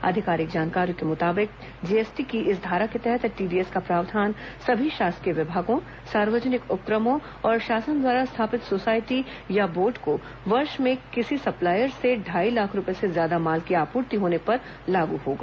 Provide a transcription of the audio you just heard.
आधिकारिक जानकारी के मुताबिक जीएसटी की इस धारा के तहत टीडीएस का प्रावधान सभी शासकीय विभागों सार्वजनिक उपक्रमों और शासन द्वारा स्थापित सोसायटी या बोर्ड को वर्ष में किसी सप्लायर से ढाई लाख रूपये से ज्यादा माल की आपूर्ति होने पर लागू होगा